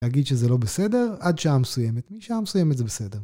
להגיד שזה לא בסדר עד שעה מסוימת, מי שעה מסוימת זה בסדר.